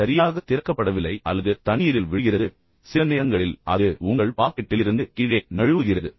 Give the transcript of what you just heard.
அது சரியாகத் திறக்கப்படவில்லை அல்லது தண்ணீரில் விழுகிறது சில நேரங்களில் அது உங்கள் பாக்கெட்டில் இருந்து கீழே நழுவுகிறது